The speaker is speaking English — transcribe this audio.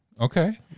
Okay